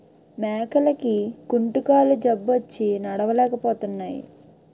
మేకలకి కుంటుకాలు జబ్బొచ్చి నడలేపోతున్నాయి